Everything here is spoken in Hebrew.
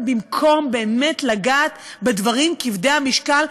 במקום באמת לגעת בדברים כבדי המשקל.